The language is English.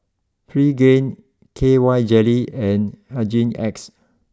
Pregain K Y Jelly and Hygin X